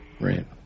right